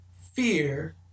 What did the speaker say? fear